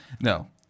No